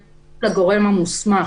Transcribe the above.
נתונות לגורם המוסמך,